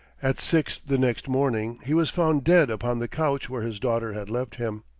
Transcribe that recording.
at six the next morning he was found dead upon the couch where his daughter had left him.